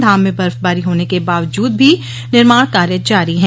धाम में बर्फबारी होने के बावजूद भी निर्माण कार्य जारी हैं